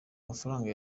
mafaranga